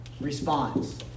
response